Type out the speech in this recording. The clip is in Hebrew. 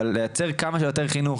אבל לייצר כמה שיותר חינוך,